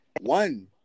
One